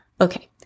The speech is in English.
Okay